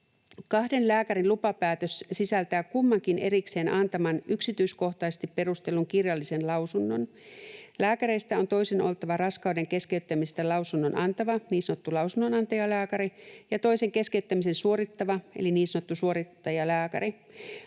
”Kahden lääkärin lupapäätös sisältää kummankin erikseen antaman, yksityiskohtaisesti perustellun kirjallisen lausunnon. Lääkäreistä on toisen oltava raskauden keskeyttämisestä lausunnon antava (lausunnonantajalääkäri) ja toisen keskeyttämisen suorittava (suorittajalääkäri).